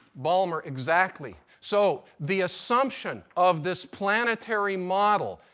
balmer exactly. so the assumption of this planetary model,